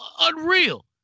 Unreal